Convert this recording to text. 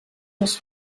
les